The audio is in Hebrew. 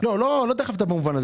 לא דחפתי שום דבר.